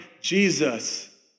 Jesus